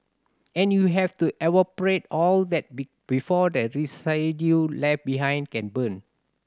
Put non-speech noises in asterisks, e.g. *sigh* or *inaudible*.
and you have to evaporate all that *unintelligible* before the residue left behind can burn